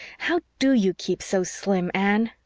how do you keep so slim, anne?